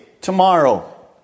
tomorrow